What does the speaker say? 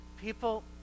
People